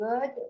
good